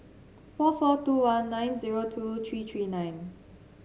four four two one nine zero two three three nine